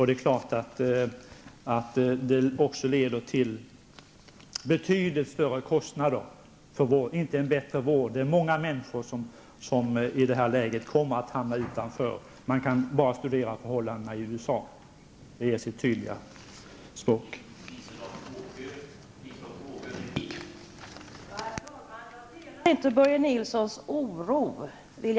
Det är klart att det också leder till betydligt högre kostnader för vården, inte till en bättre vård. Det är många människor som i detta läge kommer att hamna utanför. Man kan studera förhållandena i USA, som talar sitt tydliga språk.